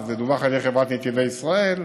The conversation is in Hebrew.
זה דווח על ידי חברת נתיבי ישראל,